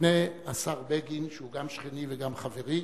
בפני השר בגין, שהוא גם שכני וגם חברי,